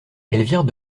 elvire